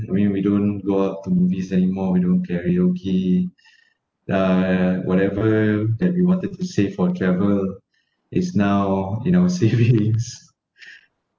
I mean we don't go out to movies anymore we don't karaoke uh whatever that we wanted to save for travel is now in our savings